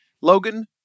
Logan